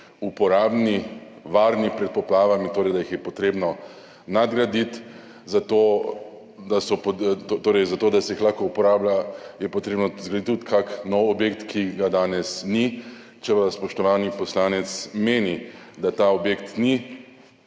uporabni, varni pred poplavami, torej da jih je potrebno nadgraditi. Zato da se jih lahko uporablja, je potrebno zgraditi tudi kak nov objekt, ki ga danes ni. Če spoštovani poslanec meni, da ta objekt ni